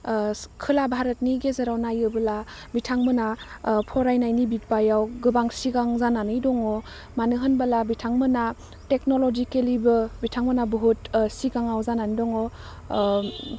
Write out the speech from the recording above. खोला भारतनि गेजेराव नायोबोला बिथांमोना फरायनायनि बिब्बायाव गोबां सिगां जानानै दङ मानो होनबोला बिथांमोना टेक्न'ल'जिकेलिबो बिथांमोना बुहुत ओह सिगाङाव जानानै दङ ओह